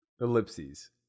Ellipses